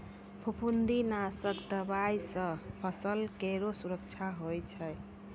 फफूंदी नाशक दवाई सँ फसल केरो सुरक्षा होय छै